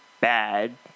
bad